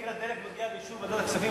מחיר הדלק מגיע לאישור ועדת הכספים.